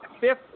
fifth